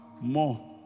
more